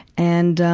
and,